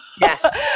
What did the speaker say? Yes